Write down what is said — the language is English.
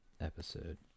episode